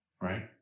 Right